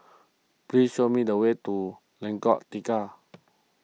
please show me the way to Lengkong Tiga